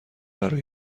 برای